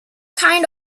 kind